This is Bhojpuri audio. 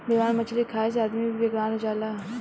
बेमार मछली खाए से आदमी भी बेमार हो जाला